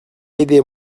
aidés